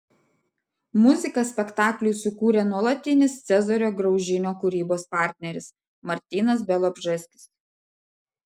muziką spektakliui sukūrė nuolatinis cezario graužinio kūrybos partneris martynas bialobžeskis